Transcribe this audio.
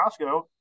Costco